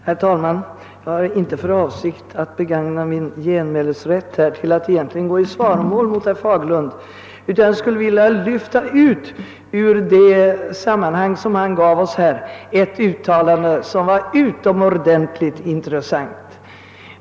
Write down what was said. Herr talman! Jag har inte för avsikt att begagna min yttranderätt till att gå i svaromål mot herr Fagerlund. Jag skulle ur det sammanhang som han här gav oss vilja lyfta ut ett uttalande som var utomordentligt intressant.